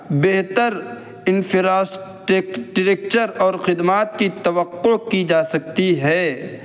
بہتر infrastructure اور خدمات کی توقع کی جا سکتی ہے